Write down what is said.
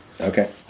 Okay